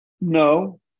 No